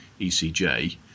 ECJ